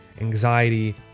anxiety